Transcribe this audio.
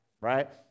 right